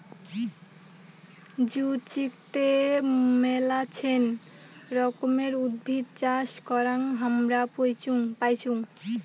জুচিকতে মেলাছেন রকমের উদ্ভিদ চাষ করাং হামরা পাইচুঙ